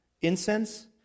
incense